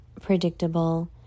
predictable